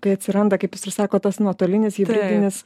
kai atsiranda kaip jūs ir sakot tas nuotolinis hibridinis